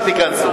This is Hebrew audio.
שתיכנסו.